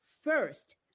First